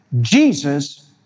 Jesus